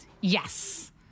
Yes